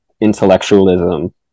intellectualism